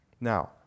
Now